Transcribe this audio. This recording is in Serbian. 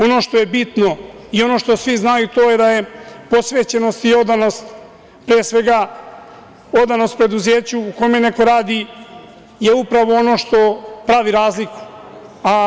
Ono što je bitno i ono što svi znaju to je da je posvećenost i odanost, pre svega odanost preduzeću u kome neko radi upravo ono što pravi razliku.